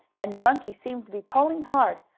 and the monkey seemed to be pulling hard,